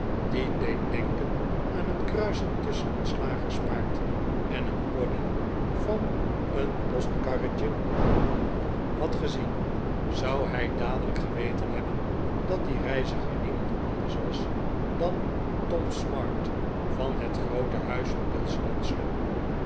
deed denken aan een kruising tusschen een slagerspaard en een pony van een postkarretje had gezien zou hij dadeiijk geweten hebben dat die reiziger niemand anders was dan tom smart van het groote huis van bilson en slum